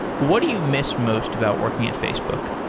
what do you miss most about working at facebook?